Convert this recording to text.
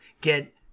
get